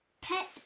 pet